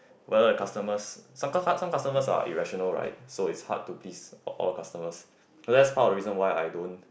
whereas the customers some cus~ some customers are irrational right so it's hard to please all the customers so that's part of the reasons why I don't